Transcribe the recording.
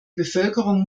bevölkerung